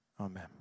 Amen